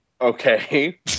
Okay